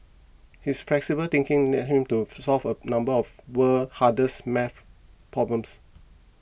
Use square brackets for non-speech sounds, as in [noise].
his flexible thinking led him to [noise] solve a number of world's hardest math problems